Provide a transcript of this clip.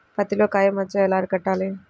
పత్తిలో కాయ మచ్చ ఎలా అరికట్టాలి?